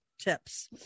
tips